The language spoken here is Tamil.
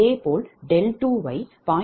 இதேபோல் d20